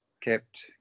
kept